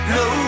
no